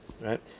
Right